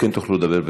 תוכלו לדבר.